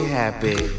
happy